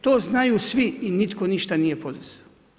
To znaju svi i nitko ništa nije poduzeo.